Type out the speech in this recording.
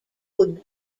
would